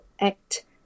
Act